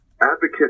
advocate